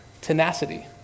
Tenacity